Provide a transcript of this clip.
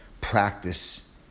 practice